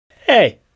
Hey